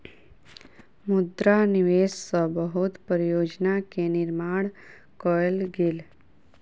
मुद्रा निवेश सॅ बहुत परियोजना के निर्माण कयल गेल